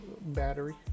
battery